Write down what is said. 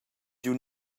giu